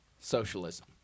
socialism